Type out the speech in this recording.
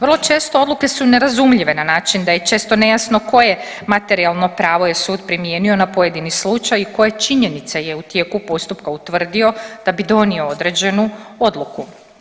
Vrlo često odluke su nerazumljive na način da je često nejasno koje materijalno pravo je sud primijenio na pojedini slučaj i koje činjenice je u tijeku postupka utvrdio da bi donio određenu odluku.